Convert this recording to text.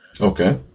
Okay